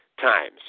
times